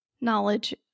knowledge